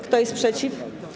Kto jest przeciw?